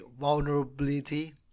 vulnerability